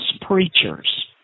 preachers